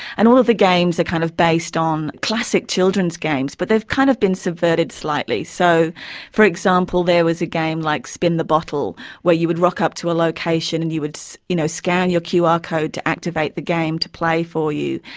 and all of the games are kind of based on classic children's games, but they have kind of been subverted slightly. so for example there was a game like spin the bottle where you would rock up to a location and you would you know scan your qr code to activate the game to play for you,